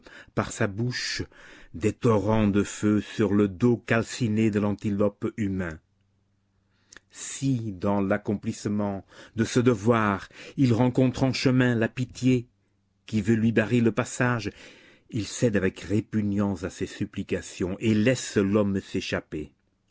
par sa bouche des torrents de feu sur le dos calciné de l'antilope humain si dans l'accomplissement de ce devoir il rencontre en chemin la pitié qui veut lui barrer le passage il cède avec répugnance à ses supplications et laisse l'homme s'échapper